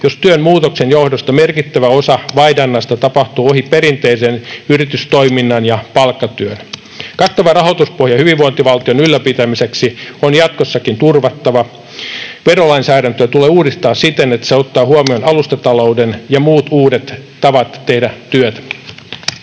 jos työn muutoksen johdosta merkittävä osa vaihdannasta tapahtuu ohi perinteisen yritystoiminnan ja palkkatyön. Kattava rahoituspohja hyvinvointivaltion ylläpitämiseksi on jatkossakin turvattava. Verolainsäädäntöä tulee uudistaa siten, että se ottaa huomioon alustatalouden ja muut uudet tavat tehdä työtä.